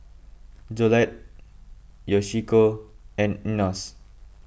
Jolette Yoshiko and Enos